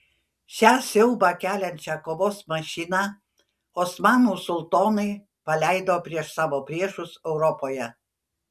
šią siaubą keliančią kovos mašiną osmanų sultonai paleido prieš savo priešus europoje